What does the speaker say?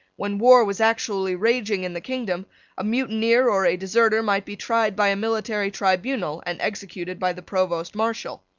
when war was actually raging in the kingdom a mutineer or a deserter might be tried by a military tribunal and executed by the provost marshal.